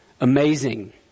Amazing